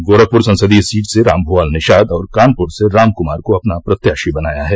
गोरखपुर संसदीय सीट से राममुआल निषाद और कानपुर से रामकुमार को अपना प्रत्याशी बनाया है